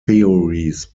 theories